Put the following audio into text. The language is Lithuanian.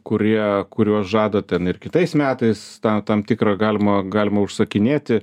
kurie kuriuos žada ten ir kitais metais tą tam tikrą galima galima užsakinėti